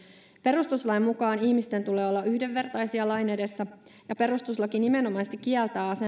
perustuslain mukaan ihmisten tulee olla yhdenvertaisia lain edessä ja perustuslaki nimenomaisesti kieltää